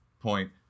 point